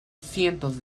cientos